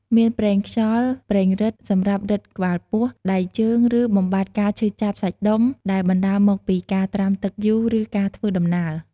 មានប្រេងខ្យល់ ប្រេងរឹត សម្រាប់រឹតក្បាលពោះ ដៃជើង ឬបំបាត់ការឈឺចាប់សាច់ដុំ ដែលបណ្តាលមកពីការត្រាំទឹកយូរ ឬការធ្វើដំណើរ។